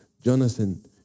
Jonathan